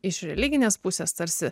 iš religinės pusės tarsi